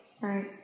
right